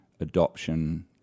adoption